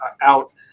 out